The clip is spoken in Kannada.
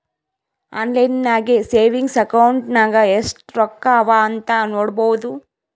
ಆನ್ಲೈನ್ ನಾಗೆ ಸೆವಿಂಗ್ಸ್ ಅಕೌಂಟ್ ನಾಗ್ ಎಸ್ಟ್ ರೊಕ್ಕಾ ಅವಾ ಅಂತ್ ನೋಡ್ಬೋದು